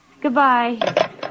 Goodbye